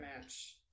match